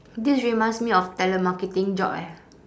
this reminds me of telemarketing job eh